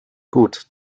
gut